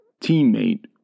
teammate